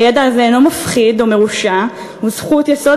הידע הזה אינו מפחיד או מרושע הוא זכות יסוד